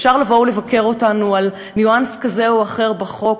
אפשר לבוא ולבקר אותנו על ניואנס כזה או אחר בחוק,